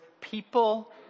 people